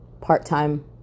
part-time